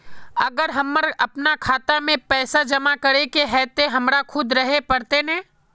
अगर हमर अपना खाता में पैसा जमा करे के है ते हमरा खुद रहे पड़ते ने?